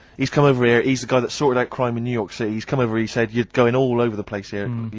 he's come over here, he's the guy that sorted out crime in new york city, he's come over here, he's said you're goin' all over the place here,